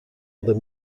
other